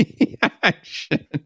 reaction